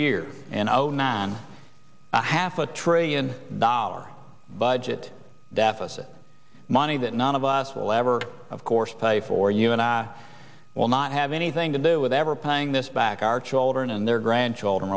year and out man a half a trillion dollar budget deficit money that none of us will ever of course pay for you and i will not have anything to do with ever paying this back our children and their grandchildren